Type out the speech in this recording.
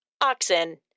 oxen